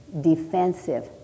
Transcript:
defensive